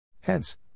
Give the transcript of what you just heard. Hence